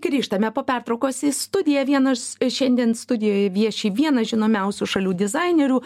grįžtame po pertraukos į studiją vienas šiandien studijoje vieši vienas žinomiausių šalių dizainerių